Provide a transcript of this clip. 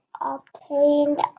obtained